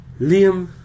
Liam